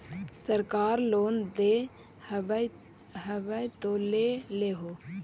सरकार लोन दे हबै तो ले हो?